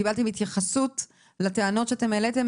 קיבלתם התייחסות לטענות שאתם העליתם,